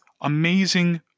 amazing